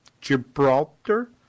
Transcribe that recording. Gibraltar